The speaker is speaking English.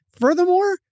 Furthermore